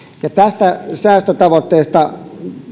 ja tästä säästötavoitteesta